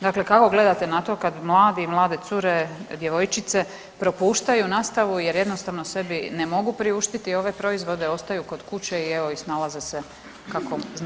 Dakle, kako gledate na to kad mladi i mlade cure, djevojčice propuštaju nastavu jer jednostavno sebi ne mogu priuštiti ove proizvode, ostaju kod kuće i evo snalaze se kako znaju i umiju.